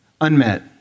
unmet